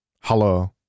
Hello